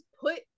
put